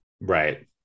Right